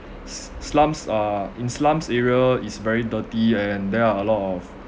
s~ slums are in slums area is very dirty and there are a lot of